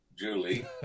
Julie